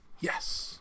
Yes